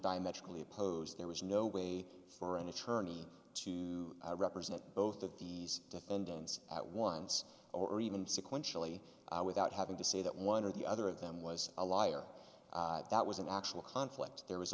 diametrically opposed there was no way for an attorney to represent both of these defendants at once or even sequentially without having to say that one or the other of them was a liar that was an actual conflict there was